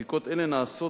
בדיקות אלה נעשות,